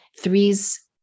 Threes